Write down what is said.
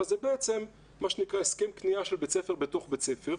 זה בעצם הסכם כניעה של בית ספר בתוך בית ספר.